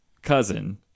Cousin